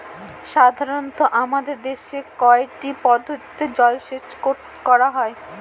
সাধারনত আমাদের দেশে কয়টি পদ্ধতিতে জলসেচ করা হয়?